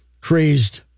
crazed